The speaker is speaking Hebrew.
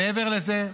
מעבר לזה,